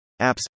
Apps